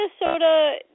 Minnesota